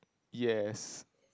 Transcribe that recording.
yes